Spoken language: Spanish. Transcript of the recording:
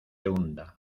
hunda